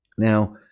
Now